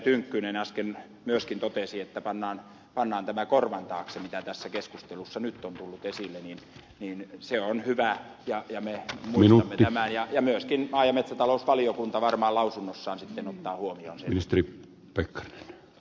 tynkkynen äsken myöskin totesi että pannaan tämä korvan taakse mitä tässä keskustelussa nyt on tullut esille niin se on hyvä ja me muistamme tämän ja myöskin maa ja metsätalousvaliokunta varmaan lausunnossaan sitten ottaa huomioon sen